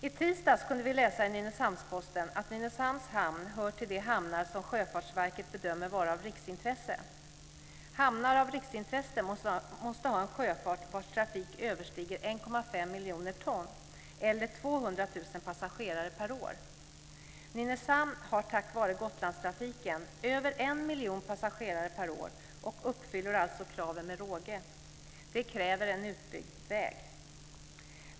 I tisdags kunde vi läsa i Nynäshamns Posten att Nynäshamns hamn hör till de hamnar som Sjöfartsverket bedömer vara av riksintresse. Hamnar av riksintresse måste ha en sjöfart vars trafik överstiger 1,5 miljoner ton eller 200 000 passagerare per år. Nynäshamn har tack vare Gotlandstrafiken över en miljon passagerare per år och uppfyller alltså kraven med råge. Det kräver en utbyggd väg.